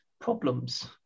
problems